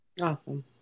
Awesome